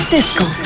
Disco